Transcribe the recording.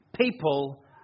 people